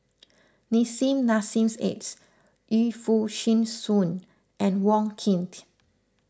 Nissim Nassim Adis Yu Foo Yee Shoon and Wong Keen